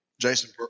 Jason